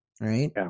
right